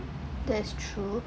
that's true